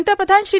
पंतप्रधान श्री